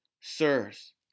Sirs